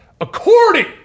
According